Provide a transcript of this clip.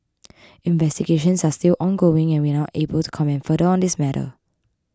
investigations are still ongoing and we are not able to comment further on this matter